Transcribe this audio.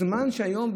זה זמן שהיום,